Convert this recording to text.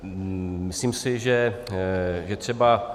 Myslím si, že třeba...